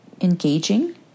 engaging